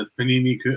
Panini